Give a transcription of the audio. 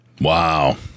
Wow